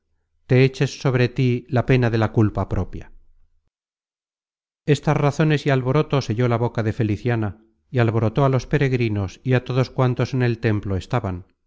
te eches sobre tí la pena de la culpa propia content from google book search generated at estas razones y alboroto selló la boca de feliciana y alborotó á los peregrinos y á todos cuantos en el templo estaban